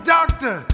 Doctor